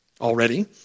already